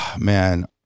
man